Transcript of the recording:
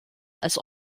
als